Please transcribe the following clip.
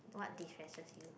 what destresses you